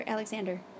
Alexander